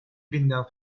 binden